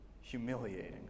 humiliating